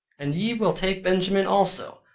and ye will take benjamin also,